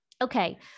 Okay